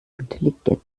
intelligent